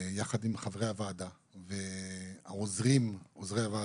ולחברי הוועדה ולעוזרי הוועדה.